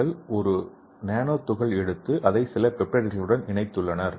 அவர்கள் ஒரு நானோ துகள் எடுத்து அதை சில பெப்டைட்களுடன் இணைத்துள்ளனர்